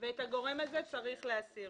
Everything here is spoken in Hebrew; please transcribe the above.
הגורם הזה צריך להסיר.